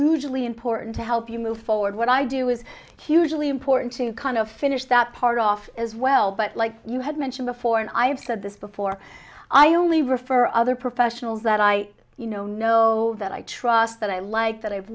hugely important to help you move forward what i do is hugely important to kind of finish that part off as well but like you had mentioned before and i have said this before i only refer other professionals that i you know know that i trust that i like that i've